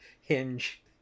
Hinge